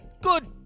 Good